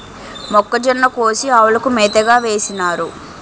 మొక్కజొన్న కోసి ఆవులకు మేతగా వేసినారు